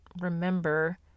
remember